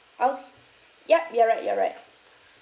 ok~ yup you're right you're right